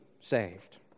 saved